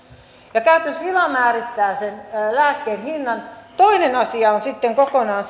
ja käytännössä hila määrittää sen lääkkeen hinnan toinen asia on sitten kokonaan